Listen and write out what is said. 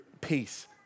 peace